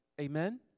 Amen